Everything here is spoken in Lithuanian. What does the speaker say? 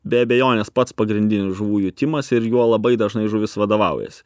be abejonės pats pagrindinis žuvų jutimas ir juo labai dažnai žuvys vadovaujas